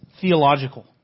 theological